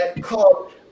called